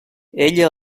ella